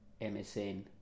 MSN